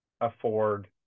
afford